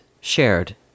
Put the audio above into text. shared